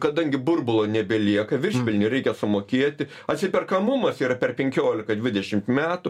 kadangi burbulo nebelieka viršpelnį reikia sumokėti atsiperkamumas yra per penkiolika dvidešimt metų